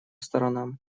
сторонам